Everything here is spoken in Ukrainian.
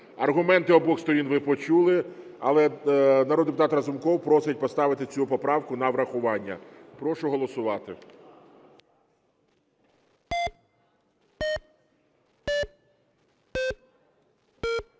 аргументи обох сторін ви почули. Але народний депутат Разумков просить поставити цю поправку на врахування. Прошу голосувати.